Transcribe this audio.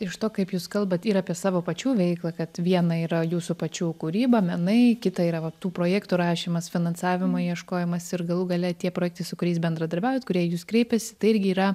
iš to kaip jūs kalbat ir apie savo pačių veiklą kad viena yra jūsų pačių kūryba menai kita yra va tų projektų rašymas finansavimo ieškojimas ir galų gale tie projektai su kuriais bendradarbiaujat kurie į jus kreipiasi tai irgi yra